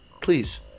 please